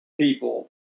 people